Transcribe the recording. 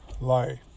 life